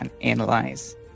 Analyze